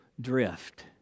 drift